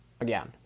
again